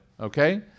Okay